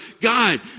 God